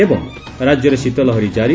ଏବଂ ରାଜ୍ୟରେ ଶୀତ ଲହରି ଜାରି